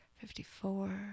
fifty-four